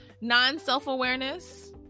non-self-awareness